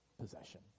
possession